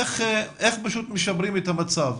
איך משפרים את המצב,